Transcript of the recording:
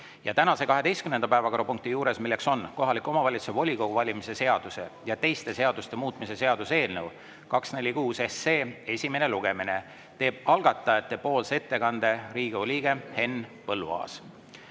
Ja tänase 12. päevakorrapunkti juures, mis on kohaliku omavalitsuse volikogu valimise seaduse ja teiste seaduste muutmise seaduse eelnõu 246 esimene lugemine, teeb algatajate nimel ettekande Riigikogu liige Henn Põlluaas.